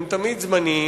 הם תמיד זמניים